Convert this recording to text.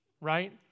right